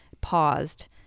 paused